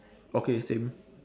okay same